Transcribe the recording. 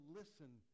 listen